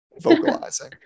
vocalizing